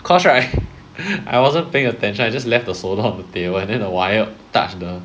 cause right I wasn't paying attention I just left the solder on the table and then the wire touch the